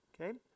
Okay